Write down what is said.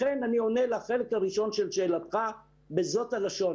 לכן אני עונה לך בזאת הלשון.